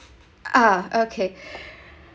ah okay